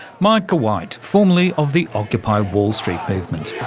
micah white, formerly of the occupy wall street movement.